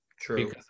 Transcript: True